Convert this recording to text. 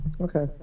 Okay